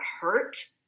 hurt